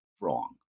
wrong